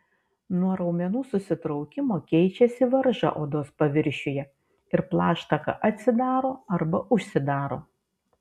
nuo raumenų susitraukimo keičiasi varža odos paviršiuje ir plaštaka atsidaro arba užsidaro